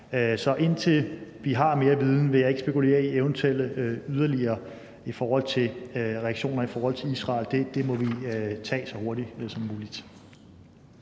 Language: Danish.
Så indtil vi har mere viden, vil jeg ikke spekulere i eventuelle yderligere tiltag i forhold til reaktioner i forhold til Israel. Det må vi tage så hurtigt som muligt.